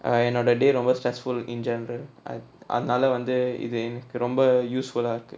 என்னோட:ennoda day வந்து:vanthu stressful in general I அதுனால வந்து இது எனக்கு ரொம்ப:athunaala vanthu ithu enakku romba useful இருக்கு:irukku